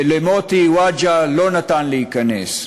ולמוטי וודג'ה לא נתן להיכנס.